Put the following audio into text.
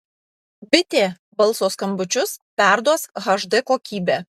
bitė balso skambučius perduos hd kokybe